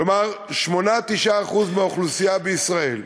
כלומר, 8% 9% מהאוכלוסייה בישראל,